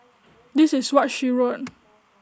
this is what she wrote